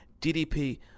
DDP